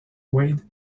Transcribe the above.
wade